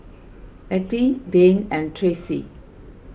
Ettie Dayne and Tracy